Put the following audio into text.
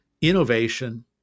innovation